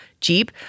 Jeep